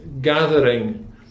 gathering